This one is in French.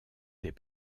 des